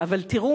אבל תראו